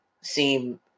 seem